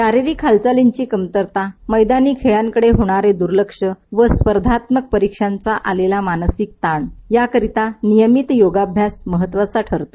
शारीरिक हालचालींची कमतरता मैदानी खेळांकडे होणारं दुर्लक्ष आणि स्पर्धात्मक परीक्षांचा आलेला मानसिक ताण याकरिता नियमित योगाभ्यास महत्वाचा ठरतो